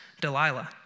Delilah